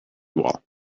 wall